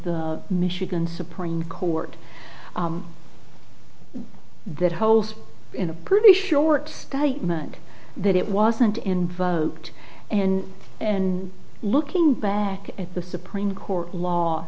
the michigan supreme court that holds in a pretty short statement that it wasn't invoked and and looking back at the supreme court law